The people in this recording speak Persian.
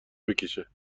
بکشه